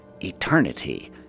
eternity